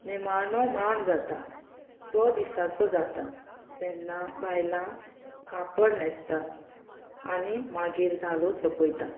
निमाणो माण जाता तो दिसाचो जाता तेन्ना बायलां कापड न्हेसता आनी मागीर धालो सोंपयता